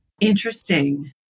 Interesting